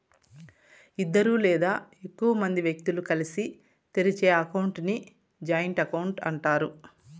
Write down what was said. ఇద్దరు లేదా ఎక్కువ మంది వ్యక్తులు కలిసి తెరిచే అకౌంట్ ని జాయింట్ అకౌంట్ అంటారు